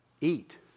Eat